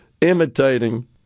imitating